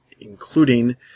including